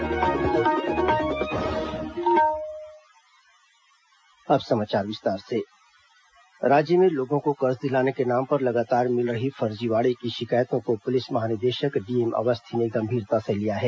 DGP ठग कार्रवाई राज्य में लोगों को कर्ज दिलाने के नाम पर लगातार मिल रही फर्जीवाड़े की शिकायतों को पुलिस महानिदेशक डीएम अवस्थी ने गंभीरता से लिया है